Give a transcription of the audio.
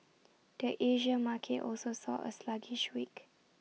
the Asia market also saw A sluggish week